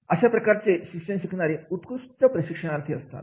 अशा प्रकारचे शिक्षण शिकणारे उत्कृष्ट प्रशिक्षणार्थी असतात